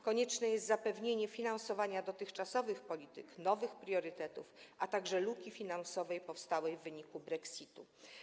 Konieczne jest zapewnienie finansowania dotychczasowych polityk, nowych priorytetów, a także luki finansowej powstałej w wyniku brexitu.